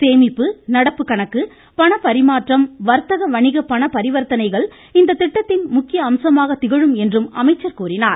சேமிப்பு நடப்பு கணக்கு பணப்பரிமாற்றம் வர்த்தக வணிக பணப்பரிவர்த்தனைகள் இந்த திட்டத்தின் முக்கிய அம்சமாக திகழும் என்றும் அமைச்சர் கூறினார்